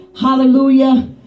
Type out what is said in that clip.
Hallelujah